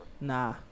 Nah